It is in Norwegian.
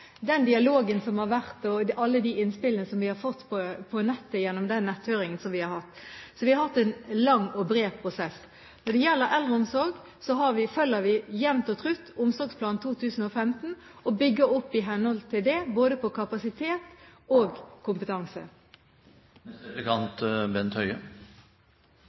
den dialogen som har vært, og alle de innspillene som vi har fått på nettet gjennom den netthøringen vi har hatt. Så vi har hatt en lang og bred prosess. Når det gjelder eldreomsorg, følger vi jevnt og trutt Omsorgsplan 2015 og bygger opp i henhold til det både på kapasitet og på kompetanse.